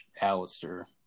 Alistair